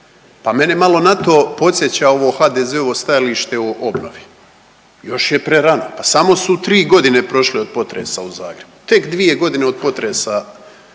Pa mene malo na to podsjeća ovo HDZ-ovo stajalište o obnovi. Još je prerano, pa samo su 3 godine prošle od potresa u Zagrebu, tek 2 godine od potresa